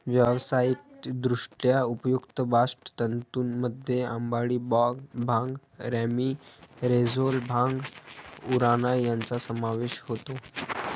व्यावसायिकदृष्ट्या उपयुक्त बास्ट तंतूंमध्ये अंबाडी, भांग, रॅमी, रोझेल, भांग, उराणा यांचा समावेश होतो